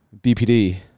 BPD